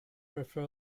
prefer